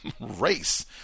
race